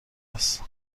است